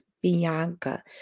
Bianca